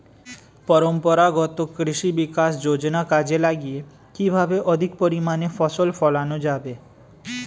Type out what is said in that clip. পরম্পরাগত কৃষি বিকাশ যোজনা কাজে লাগিয়ে কিভাবে অধিক পরিমাণে ফসল ফলানো যাবে?